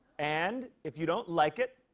and if you don't like it,